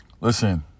listen